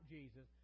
Jesus